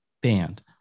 band